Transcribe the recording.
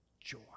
Joy